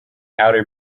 outer